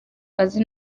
azi